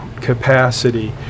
capacity